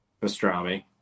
Pastrami